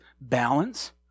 balance